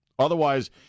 Otherwise